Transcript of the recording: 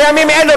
בימים אלה,